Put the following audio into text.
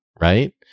right